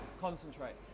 Concentrate